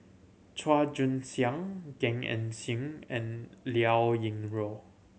Chua Joon Siang Gan Eng Seng and Liao Yingru